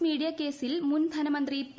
X media കേസിൽ മുൻ ധനമന്ത്രി പി